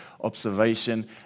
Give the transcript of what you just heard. observation